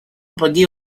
pergi